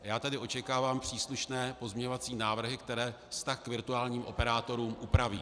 A já tady očekávám příslušné pozměňovací návrhy, které vztah k virtuálním operátorům upraví.